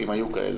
אם היו כאלה,